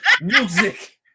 music